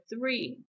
three